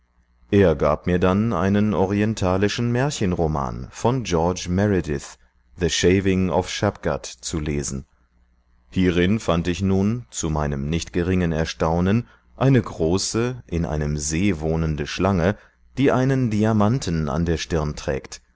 er gab mir dann einen orientalischen märchenroman von george meredith the shaving of shapgat zu lesen hierin fand ich nun zu meinem nicht geringen erstaunen eine große in einem see wohnende schlange die einen diamanten an der stirn trägt